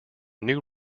new